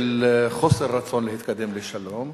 של חוסר רצון להתקדם לשלום,